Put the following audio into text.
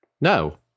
No